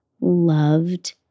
loved